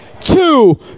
two